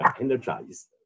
energized